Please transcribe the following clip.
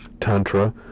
Tantra